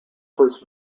first